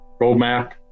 Roadmap